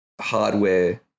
hardware